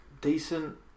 Decent